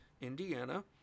Indiana